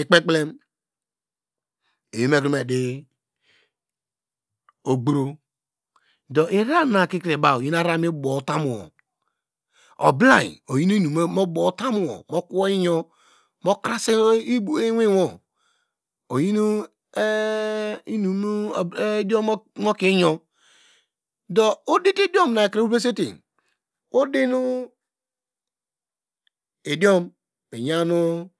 ikpekilem ewei nu ekrome di ogboro, do irararana ikikre baw iyinu inum mibow utany wo, oblayi oyi inum nu mu bo utany wo mokoyo iyo mukrase iwinwu oyinu idiom mukie iyor do odite idiom nukre ovresate idiom iyanu